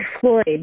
Floyd